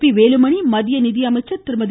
B Velumani மத்திய நிதியமைச்சர் திருமதி